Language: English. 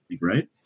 right